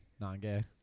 Non-gay